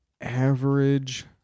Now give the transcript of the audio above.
average